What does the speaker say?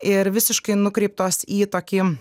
ir visiškai nukreiptos į tokį